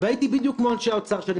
והייתי בדיוק כמו אנשי האוצר,